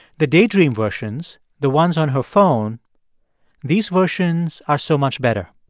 the daydream versions the ones on her phone these versions are so much better.